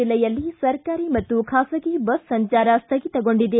ಜಿಲ್ಲೆಯಲ್ಲಿ ಸರ್ಕಾರಿ ಮತ್ತು ಬಾಸಗಿ ಬಸ್ ಸಂಚಾರ ಸ್ಥಗಿತಗೊಂಡಿದೆ